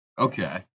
Okay